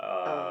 ah